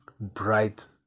bright